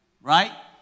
Right